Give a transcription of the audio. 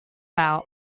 out